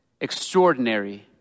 extraordinary